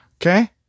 okay